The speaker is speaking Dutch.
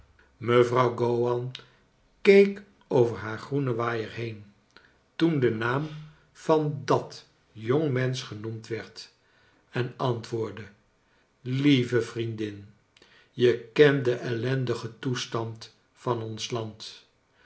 mevrouw gowan keek over haar groenen waaier heen to en de naam van dat jonge mens ch genoemd werd en antwoordde lieve vriendin je kent den ellendigen toestand van ons land